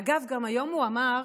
אגב, היום הוא אמר